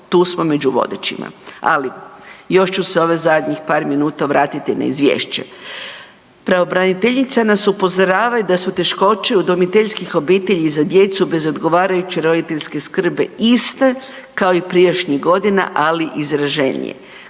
tu smo među vodećima. Ali još ću se ovih zadnjih par minuta vratiti na izvješće. Pravobraniteljica nas upozorava i da su teškoće udomiteljskih obitelji i za djecu bez odgovarajuće roditeljske skrbi iste kao i prijašnjih godina, ali izraženije.